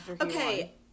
Okay